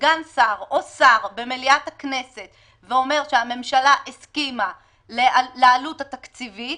סגן שר או שר במליאת הכנסת ואומר שהממשלה הסכימה לעלות התקציבית,